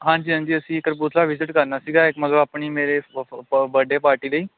ਹਾਂਜੀ ਹਾਂਜੀ ਅਸੀਂ ਕਪੂਰਥਲਾ ਵਿਜਿਟ ਕਰਨਾ ਸੀਗਾ ਇੱਕ ਮਤਲਬ ਆਪਣੀ ਮੇਰੇ ਓ ਫੋ ਬ ਬਰਡੇ ਪਾਰਟੀ ਲਈ